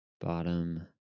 bottom